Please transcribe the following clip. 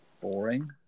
boring